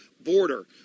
border